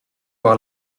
voir